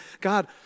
God